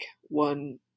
one